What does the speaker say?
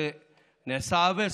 נעשה עוול.